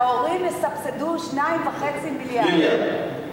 שההורים יסבסדו 2.5 מיליארד.